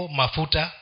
mafuta